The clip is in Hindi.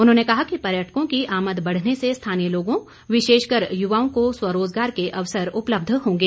उन्होंने कहा कि पर्यटकों की आमद बढ़ने से स्थानीय लोगों विशेषकर युवाओं को स्वरोजगार के अवसर उपलब्ध होंगे